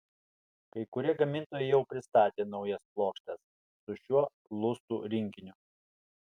kai kurie gamintojai jau pristatė naujas plokštes su šiuo lustų rinkiniu